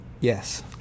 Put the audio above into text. Yes